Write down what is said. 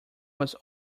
was